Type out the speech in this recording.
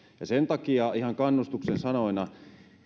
sen takia ihan kannustuksen sanoina